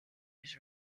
was